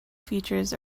features